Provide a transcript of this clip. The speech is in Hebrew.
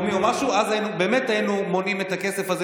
לא, אי-אפשר, אי-אפשר להכפיש את כל העיריות.